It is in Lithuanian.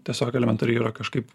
tiesiog elementariai yra kažkaip